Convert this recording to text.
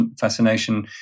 fascination